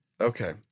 Okay